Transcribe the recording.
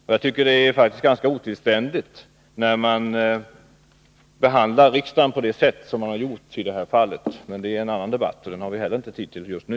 Och jag tycker faktiskt det är ganska otillständigt när riksdagen behandlas på det sätt som har skett här. Men det är en annan debatt, och den har vi inte heller tid till just nu.